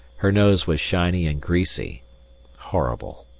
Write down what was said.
her nose was shiny and greasy horrible.